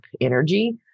energy